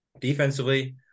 defensively